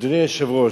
אדוני היושב-ראש,